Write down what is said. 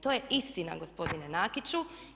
To je istina gospodine Nakiću.